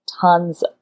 tons